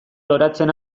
loratzen